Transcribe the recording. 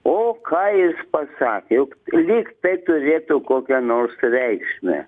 o ką jis pasakė juk lyg tai turėtų kokią nors reikšmę